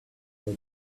that